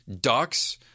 ducks